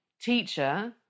teacher